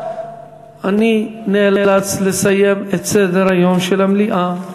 אני נאלץ לסיים את סדר-היום של המליאה.